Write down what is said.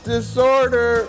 disorder